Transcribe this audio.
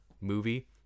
movie